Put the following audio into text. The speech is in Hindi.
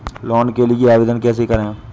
लोन के लिए आवेदन कैसे करें?